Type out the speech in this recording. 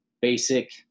basic